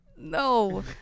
No